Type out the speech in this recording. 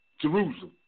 Jerusalem